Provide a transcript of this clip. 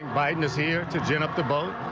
biden is here to gin up the boat,